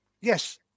Yes